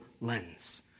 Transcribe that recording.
lens